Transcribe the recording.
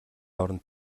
оронд